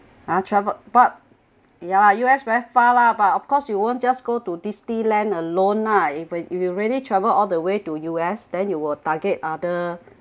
ha travel but ya lah U_S very far lah but of course you won't just go to disneyland alone lah if you you really travel all the way to U_S then you will target other